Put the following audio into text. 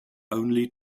only